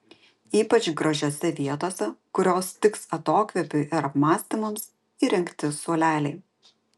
ypač gražiose vietose kurios tiks atokvėpiui ir apmąstymams įrengti suoleliai